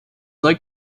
like